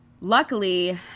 Luckily